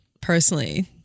personally